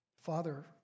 Father